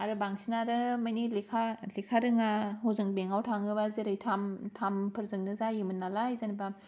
आरो बांसिनानो माने लेखा लेखा रोङा ह'जों बेंकआव थाङोब्ला जेरै थाम्फ थाम्पफोरजोंनो जायोमोन नालाय जेन'बा